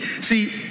See